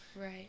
right